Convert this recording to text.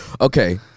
okay